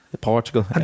Portugal